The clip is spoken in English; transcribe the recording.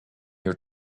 your